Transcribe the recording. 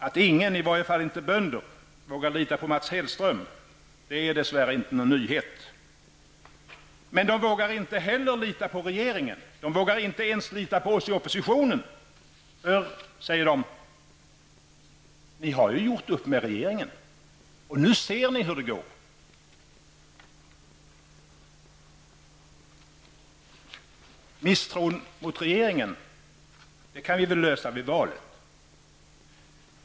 Att ingen -- i varje fall ingen bonde -- vågar lita på Mats Hellström, det är dess värre ingen nyhet. Men bönderna vågar inte heller lita på regeringen och inte ens på oss i oppositionen. För -- säger de -- ni har ju gjort upp med regeringen, nu ser ni hur det går! Misstron mot regeringen löser vi väl vid valet.